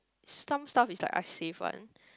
some stuff is like I save one